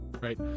right